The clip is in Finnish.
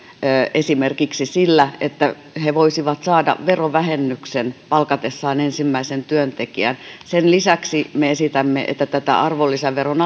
esimerkiksi sillä että he voisivat saada verovähennyksen palkatessaan ensimmäisen työntekijän sen lisäksi me esitämme että arvonlisäveron